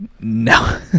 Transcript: no